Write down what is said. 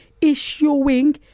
issuing